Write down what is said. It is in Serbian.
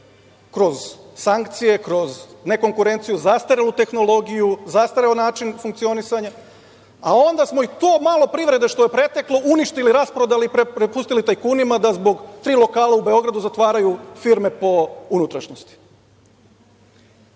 kroz sankcije, kroz nekonkurenciju, zastarelu tehnologiju, zastareo način funkcionisanja, a onda smo i to malo privrede što je preteklo uništili, rasprodali i prepustili tajkunima da zbog tri lokala u Beogradu zatvaraju firme po unutrašnjosti.